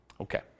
Okay